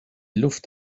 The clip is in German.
luft